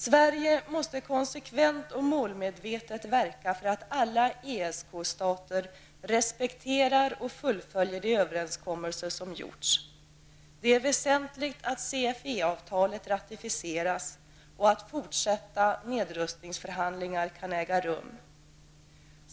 Sverige måste konsekvent och målmedvetet verka för att alla ESK-stater respekterar och fullföljer de överenskommelser som träffats. Det är väsentligt att CFE-avtalet ratificeras och att fortsatta nedrustningsförhandlingar kan äga rum.